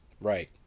Right